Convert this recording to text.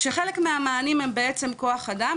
כשחלק מהמענים הם בעצם כוח אדם.